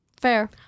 Fair